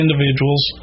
individuals